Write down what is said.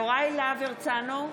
יוראי להב הרצנו,